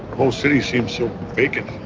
whole city seem so vacant